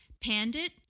Pandit